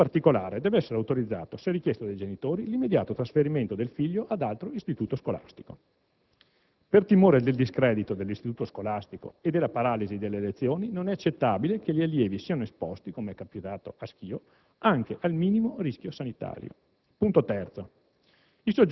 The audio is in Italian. In particolare, dev'essere autorizzato, se richiesto dai genitori, l'immediato trasferimento del figlio in altro istituto scolastico. Per timore del discredito dell'istituto scolastico e della paralisi delle lezioni, non è accettabile che gli allievi siano esposti, com'è capitato a Schio, anche al minimo rischio sanitario. Punto terzo: